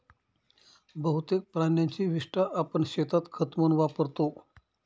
बहुतेक प्राण्यांची विस्टा आपण शेतात खत म्हणून वापरतो